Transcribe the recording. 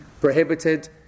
prohibited